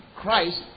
Christ